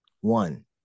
One